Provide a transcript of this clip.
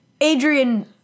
Adrian